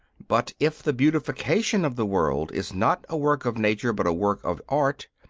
but if the beatification of the world is not a work of nature but a work of art,